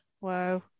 Wow